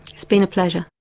it's been a pleasure.